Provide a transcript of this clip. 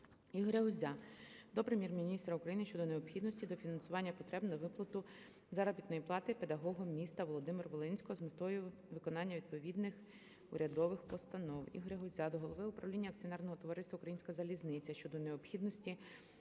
Ігоря Гузя до Прем'єр-міністра України щодо необхідності дофінансування потреб на виплату заробітної плати педагогам міста Володимира-Волинського з метою виконання відповідних урядових постанов. Ігоря Гузя до голови правління акціонерного товариства "Українська залізниця" щодо необхідності